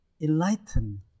enlighten